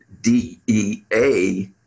DEA